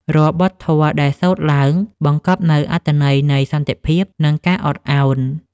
រាល់បទធម៌ដែលសូត្រឡើង បង្កប់នូវអត្ថន័យនៃសន្តិភាព និងការអត់ឱន។